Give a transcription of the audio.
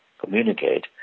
communicate